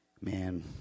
Man